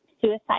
suicide